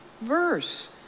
verse